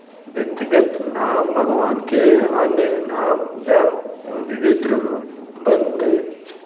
व्यक्तिगत नाम भगवान के अन्य नाम या विभिन्न रूप बन गए